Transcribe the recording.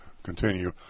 Continue